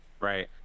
Right